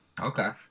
Okay